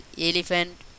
elephant